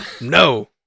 No